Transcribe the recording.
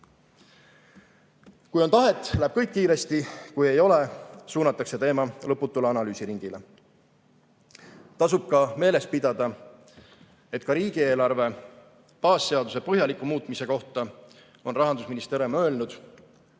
Kui on tahet, läheb kõik kiiresti, kui ei ole, suunatakse teema lõputule analüüsiringile. Tasub meeles pidada, et ka riigieelarve baasseaduse põhjaliku muutmise kohta on Rahandusministeerium öelnud,